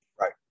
Right